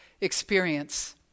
experience